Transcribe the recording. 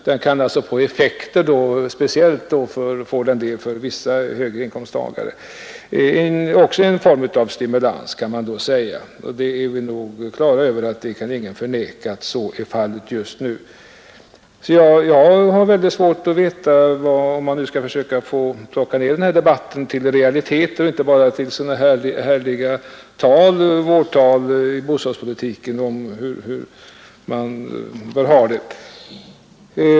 Dessa kan få effekter, speciellt för högre inkomsttagare, och det är också en form av stimulans, som nog ingen kan förneka. Jag har väldigt svärt att veta hur man på annat sätt kan plocka ned debatten till realiteter och inte bara hålla härliga vårtal om bostadspolitiken och hur man skall ha det.